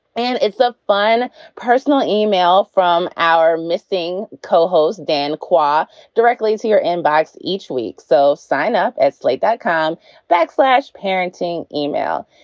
and it's a fun personal email from our missing cohost, dan quia ah directly to your inbox each week. so sign up at slate dot com backslash parenting email.